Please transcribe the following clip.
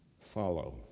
follow